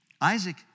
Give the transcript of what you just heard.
Isaac